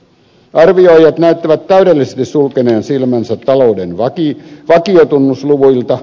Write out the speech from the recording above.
arvioijat näyttivät täydellisesti sulkeneen silmänsä talouden vakiotunnusluvuilta